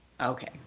okay